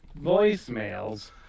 voicemails